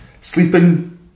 sleeping